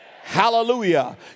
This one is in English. Hallelujah